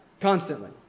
constantly